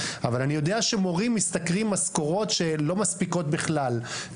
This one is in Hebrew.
אבל אני יודע שמורים משתכרים משכורות שלא מספיקות בכלל.